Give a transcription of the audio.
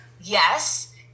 yes